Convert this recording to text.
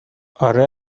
اره